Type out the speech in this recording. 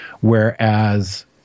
Whereas